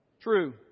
True